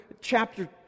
chapter